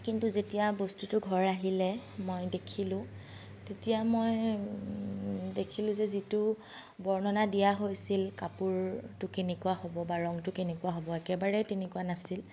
কিন্তু যেতিয়া বস্তুটো ঘৰ আহিলে মই দেখিলোঁ তেতিয়া মই দেখিলো যে যিটো বৰ্ণনা দিয়া হৈছিল কাপোৰটো কেনেকুৱা হ'ব বা ৰংটো কেনেকুৱা হ'ব একেবাৰেই তেনেকুৱা নাছিল